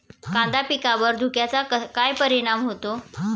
कांदा पिकावर धुक्याचा काय परिणाम होतो?